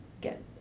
get